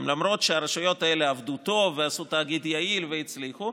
למרות שהרשויות האלה עבדו טוב ועשו תאגיד יעיל והצליחו,